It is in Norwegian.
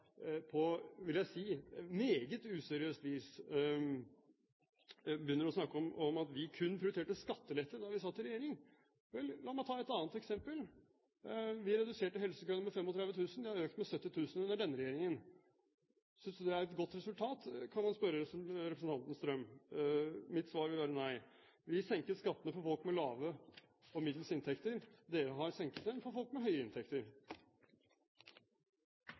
– vil jeg si – på meget useriøst vis begynner å snakke om at vi kun prioriterte skattelette da vi satt i regjering. La meg ta et annet eksempel. Vi reduserte helsekøene med 35 000, den har økt med 70 000 under denne regjeringen. Synes representanten det er et godt resultat? Det kan man spørre representanten Strøm om. Mitt svar vil være nei. Vi senket skattene for folk med lave og middels inntekter. Denne regjeringen har senket dem for folk med høye inntekter.